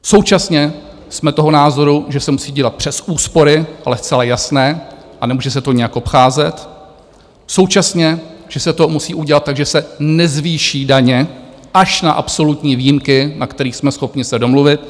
Současně jsme toho názoru, že se musí dělat přes úspory, ale zcela jasné, a nemůže se to nějak obcházet, současně, že se to musí udělat tak, že se nezvýší daně až na absolutní výjimky, na kterých jsme schopni se domluvit.